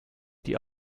die